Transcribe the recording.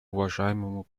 уважаемому